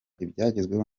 ibyagezweho